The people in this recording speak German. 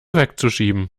wegzuschieben